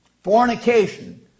Fornication